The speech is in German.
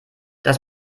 das